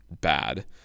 bad